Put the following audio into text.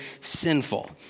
sinful